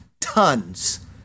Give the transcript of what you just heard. tons